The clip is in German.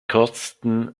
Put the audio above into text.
kosten